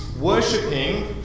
worshipping